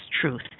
truth